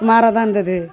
சுமாராக தான் இருந்தது